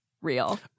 real